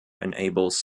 enables